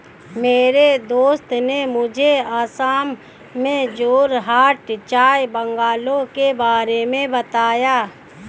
मेरे दोस्त ने मुझे असम में जोरहाट चाय बंगलों के बारे में बताया